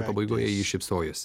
pabaigoje ji šypsojosi